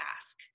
ask